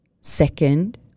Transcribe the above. second